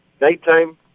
Nighttime